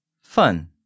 fun